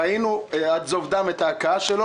ראינו כיצד הוא הוכה עד זוב דם.